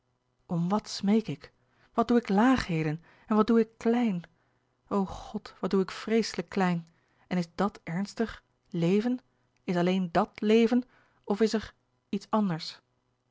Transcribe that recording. om wat smeek ik wat doe ik laagheden en wat doe ik klein o god wat doe ik vreeslijk klein en is dàt ernstig leven is alleen dàt leven of is er iets anders